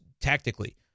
tactically